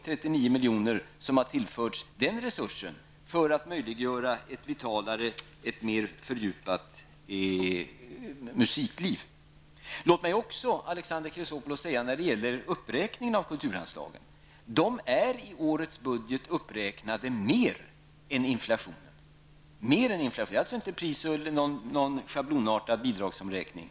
39 milj.kr. har nämligen tillförts området för att möjliggöra ett mera vitalt och fördjupat musikliv. När det gäller uppräkningen av kulturanslagen, Alexander Chrisopoulos, vill jag säga att den uppräkningen är större än inflationen. Det är alltså inte fråga om någon schablonartad bidragsomräkning.